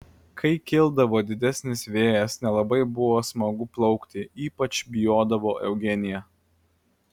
kai kildavo didesnis vėjas nelabai buvo smagu plaukti ypač bijodavo eugenija